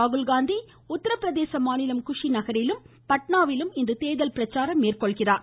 ராகுல்காந்தி உத்தரப்பிரதேச மாநிலம் குஷி நகரிலும் பாட்னாவிலும் இன்று தேர்தல் பிரச்சாரம் மேற்கொள்கிறார்